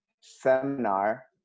seminar